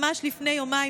ממש לפני יומיים,